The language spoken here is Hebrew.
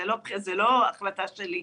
זה לא החלטה שלי,